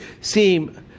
seem